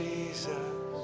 Jesus